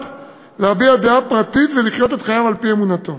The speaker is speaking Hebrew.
להביע דעה פרטית ולחיות את חייו על-פי אמונתו".